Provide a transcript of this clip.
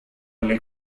alle